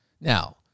Now